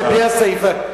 בלי הסיפא,